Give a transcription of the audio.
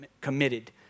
committed